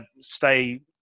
stay